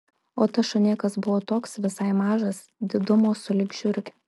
o tas šunėkas buvo toks visai mažas didumo sulig žiurke